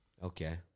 Okay